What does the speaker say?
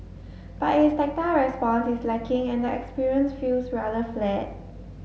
but its tactile response is lacking and the experience feels rather flat